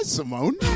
Simone